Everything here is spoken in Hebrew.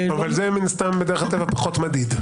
זה מן הסתם פחות מדיד.